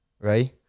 right